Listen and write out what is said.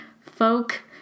Folk